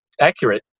accurate